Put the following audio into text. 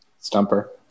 Stumper